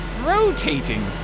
rotating